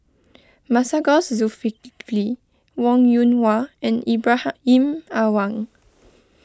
Masagos Zulkifli Wong Yoon Wah and Ibrahim Awang